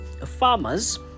farmers